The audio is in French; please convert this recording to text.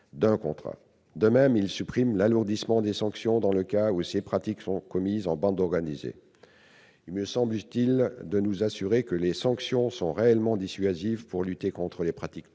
également à supprimer l'alourdissement des sanctions dans le cas où ces pratiques seraient commises en bande organisée. Il me semble utile de nous assurer que les sanctions sont réellement dissuasives pour lutter contre les pratiques trompeuses.